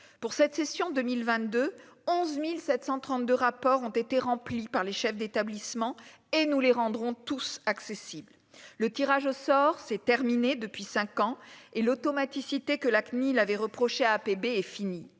pour cette session 2022, 11732 rapports ont été remplis par les chefs d'établissement et nous les rendrons tous accessibles, le tirage au sort, c'est terminé depuis 5 ans et l'automaticité que la CNIL avait reprochait à APB est fini,